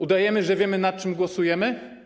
Udajemy, że wiemy, nad czym głosujemy?